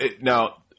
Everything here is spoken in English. now